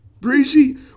Breezy